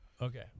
Okay